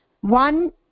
one